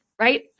right